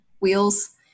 wheels